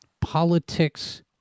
politics